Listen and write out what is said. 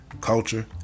culture